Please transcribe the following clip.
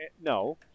no